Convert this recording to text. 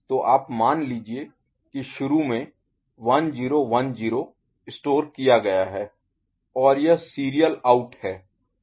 तो आप मान लीजिये कि शुरू में 1 0 1 0 स्टोर किया गया है और यह सीरियल आउट है